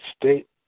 state